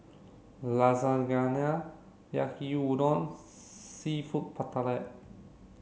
Lasagna Yaki Udon and Seafood Paella